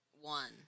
One